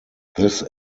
this